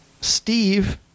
Steve